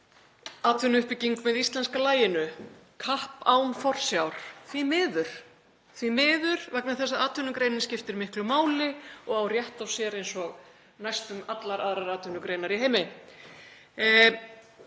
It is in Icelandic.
atvinnuuppbygging með íslenska laginu, kapp án forsjár. Því miður, vegna þess að atvinnugreinin skiptir miklu máli og á rétt á sér eins og næstum allar aðrar atvinnugreinar í heimi.